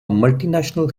multinational